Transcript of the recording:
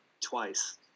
twice